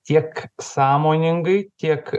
tiek sąmoningai tiek